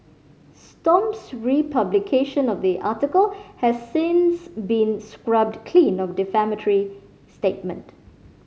stomp's republication of the article has since been scrubbed clean of the defamatory statement